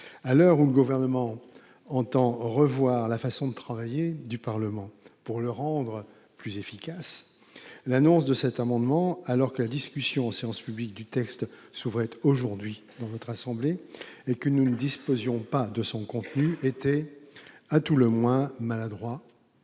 À l'heure où le Gouvernement entend revoir la manière dont le Parlement travaille, pour le rendre plus efficace, l'annonce de cet amendement, alors que la discussion du texte en séance publique s'ouvrait aujourd'hui dans cette assemblée et que nous ne disposions pas de son contenu, était pour le moins maladroite,